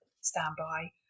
standby